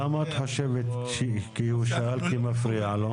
למה את חושבת שהוא שאל כי מפריע לו?